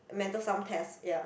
mentor some test ya